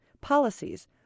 policies